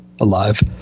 alive